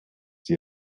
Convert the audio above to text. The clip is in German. die